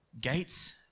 Gates